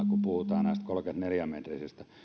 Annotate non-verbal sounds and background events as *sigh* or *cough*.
*unintelligible* kun puhutaan näistä kolmekymmentäneljä metrisistä